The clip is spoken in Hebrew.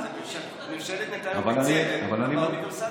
ממשלת נתניהו, בצדק, אוניברסליות.